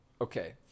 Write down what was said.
Okay